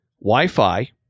Wi-Fi